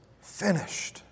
finished